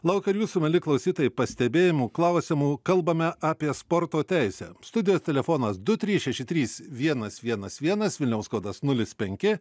laukiu ir jūsų mieli klausytojai pastebėjimų klausimų kalbame apie sporto teisę studijos telefonas du trys šeši trys vienas vienas vienas vilniaus kodas nulis penki